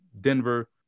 Denver